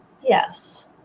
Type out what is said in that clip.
Yes